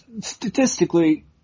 Statistically